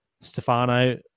Stefano